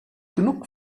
genug